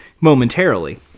momentarily